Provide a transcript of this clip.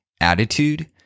Attitude